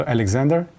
Alexander